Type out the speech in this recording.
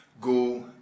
go